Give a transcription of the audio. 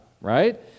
right